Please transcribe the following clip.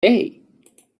hey